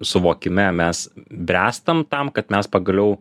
suvokime mes bręstam tam kad mes pagaliau